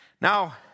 Now